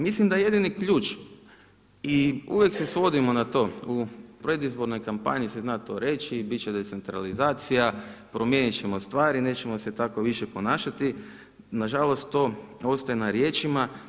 Mislim da jedini ključ i uvijek se svodimo na to u predizbornoj kampanji se zna to reći, bit će decentralizacija, promijenit ćemo stvari nećemo se tako više ponašati, nažalost to ostaje na riječima.